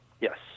Yes